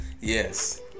yes